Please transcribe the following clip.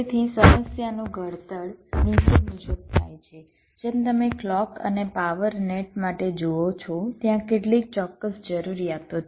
તેથી સમસ્યાનું ઘડતર નીચે મુજબ થાય છે જેમ તમે ક્લૉક અને પાવર નેટ માટે જુઓ છો ત્યાં કેટલીક ચોક્કસ જરૂરિયાતો છે